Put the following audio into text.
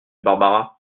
barbara